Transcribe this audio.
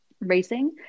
racing